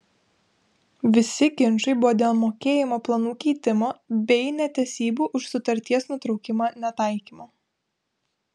visi ginčai buvo dėl mokėjimo planų keitimo bei netesybų už sutarties nutraukimą netaikymo